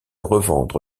revendre